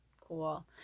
Cool